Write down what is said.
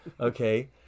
Okay